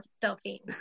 delphine